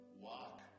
walk